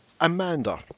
Amanda